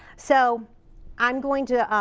so i'm going to